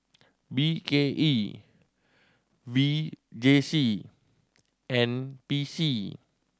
B K E V J C N P C